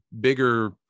bigger